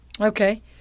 Okay